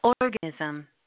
organism